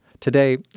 Today